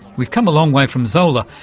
we've come a long way from zola,